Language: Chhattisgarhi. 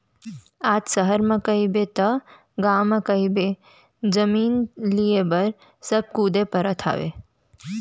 आज सहर म कहिबे तव गाँव म कहिबे जमीन लेय बर सब कुदे परत हवय